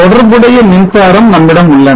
தொடர்புடைய மின்சாரம் நம்மிடம் உள்ளன